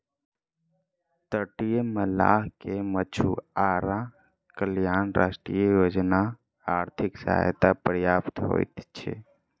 तटीय मल्लाह के मछुआरा कल्याण राष्ट्रीय योजना आर्थिक सहायता प्राप्त होइत छै